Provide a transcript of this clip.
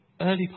early